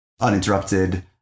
uninterrupted